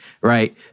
Right